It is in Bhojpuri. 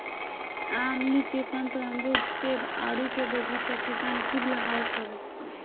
आम, लीची, संतरा, अमरुद, सेब, आडू के बगीचा किसान खूब लगावत हवे